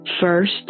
First